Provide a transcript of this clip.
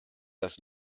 das